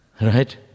right